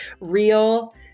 real